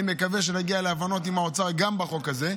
אני מקווה שנגיע להבנות עם האוצר גם בחוק הזה.